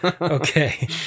Okay